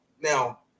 Now